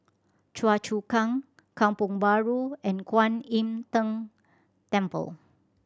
Choa Chu Kang Kampong Bahru and Kwan Im Tng Temple